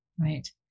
Right